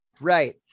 Right